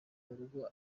urugo